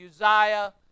Uzziah